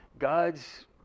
God's